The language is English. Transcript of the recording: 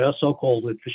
so-called